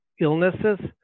illnesses